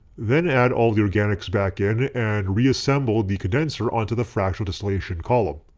then add all the organics back in and reassemble the condenser onto the fractional distillation column.